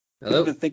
Hello